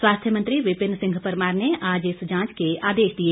स्वास्थ्य मंत्री विपिन सिंह परमार ने आज इस जांच के आदेश दिए